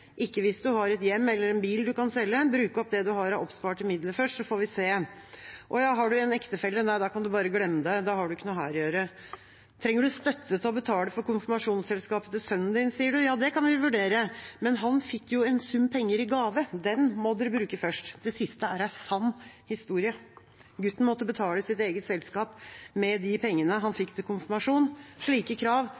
ikke hvis du har et hjem eller en bil du kan selge. Bruk opp det du har av oppsparte midler først, så får vi se. Å, har du en ektefelle? Nei, da kan du bare glemme det, da har du ikke noe her å gjøre. Trenger du støtte til å betale for konfirmasjonsselskapet til sønnen din, sier du? Ja, det kan vi vurdere, men han fikk jo en sum penger i gave. Den må dere bruke først. Det siste er en sann historie. Gutten måtte betale sitt eget selskap med de pengene han